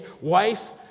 wife